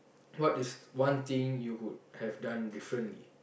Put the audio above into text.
what is one thing you would have done differently